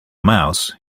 mouse